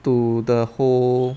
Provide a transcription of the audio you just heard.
to the whole